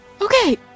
okay